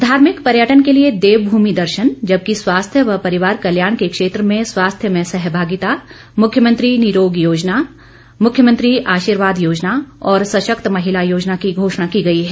धार्मिक पर्यटन के लिए देव भूमि दर्शन जबकि स्वास्थ्य व परिवार कल्याण के क्षेत्र में स्वास्थ्य में सहभागिता मुख्यमंत्री निरोग योजना मुख्यमंत्री आर्शीवाद योजना और सशक्त महिला योजना की घोषणा की गई है